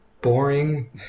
boring